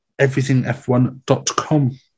everythingf1.com